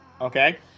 okay